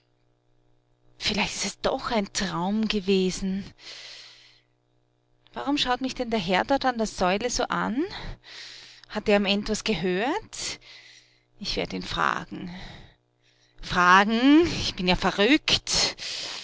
vielleicht ist es doch ein traum gewesen warum schaut mich denn der herr dort an der säule so an hat der am end was gehört ich werd ihn fragen fragen ich bin ja verrückt